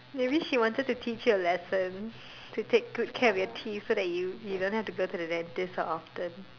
maybe she wanted to teach you a lesson to take good care of your teeth so you you don't have to go to the dentist so often